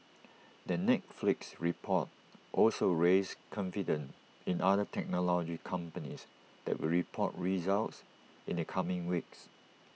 the Netflix report also raised confidence in other technology companies that will report results in the coming weeks